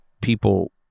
people